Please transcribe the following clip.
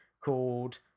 called